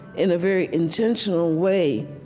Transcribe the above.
in a very intentional way,